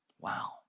Wow